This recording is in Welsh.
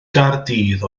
gaerdydd